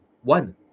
one